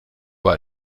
war